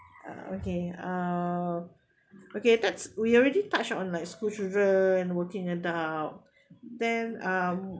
okay uh okay that's we already touch on like school children working adult then um